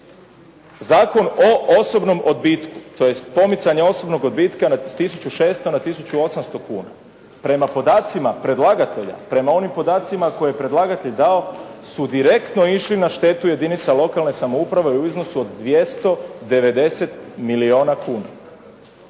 Zakon o osobnom odbitku, tj. pomicanje osobnog odbitka sa tisuću 600 na tisuću 800 kuna, prema podacima predlagatelja, prema onim podacima koje je predlagatelj dao su direktno išli na štetu jedinica lokalne samouprave u iznosu od 290 milijuna kuna.